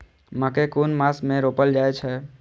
मकेय कुन मास में रोपल जाय छै?